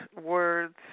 words